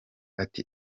ati